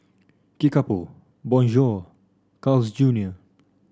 Kickapoo Bonjour Carl's Junior